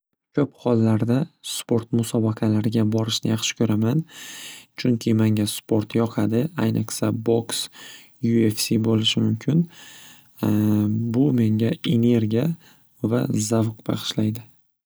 Ko'p hollarda sport musobaqalariga borishni yaxshi ko'raman chunki manga sport yoqadi ayniqsa boks ufc bo'lishi mumkin bu menga energiya va zavq bag'ishlaydi.